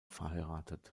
verheiratet